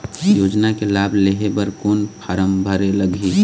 योजना के लाभ लेहे बर कोन फार्म भरे लगही?